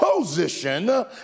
position